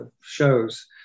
shows